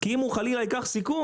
כי אם חלילה הוא ייקח סיכון,